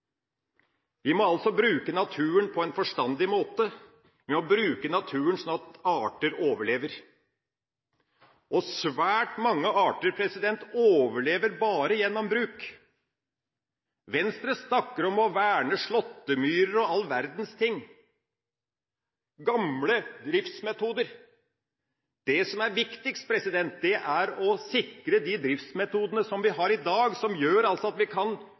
Vi må altså bruke naturen på en forstandig måte, ved å bruke naturen sånn at arter overlever, og svært mange arter overlever bare gjennom bruk. Venstre snakker om å verne slåttemyrer og all verdens ting – gamle driftsmetoder. Det som er viktigst, er å sikre de driftsmetodene som vi har i dag, som gjør at vi på en klok måte kan